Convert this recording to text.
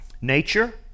Nature